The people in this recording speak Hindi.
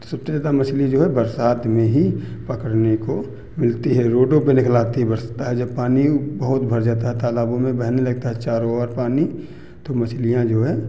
तो सबसे ज़्यादा मछली जो है बरसात में ही पकड़ने को मिलती है रोडों पे निकल आती हैं बरसता है जब पानी वो बहुत भर जाता है तालाबों में बहने लगता है चारों और पानी तो मछलियाँ जो है